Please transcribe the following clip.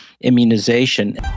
Immunization